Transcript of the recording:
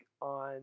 on